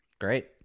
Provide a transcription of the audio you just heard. great